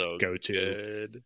go-to